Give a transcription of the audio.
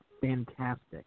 fantastic